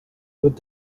with